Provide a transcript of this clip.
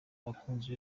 abakunzi